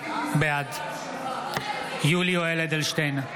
בעד יולי יואל אדלשטיין,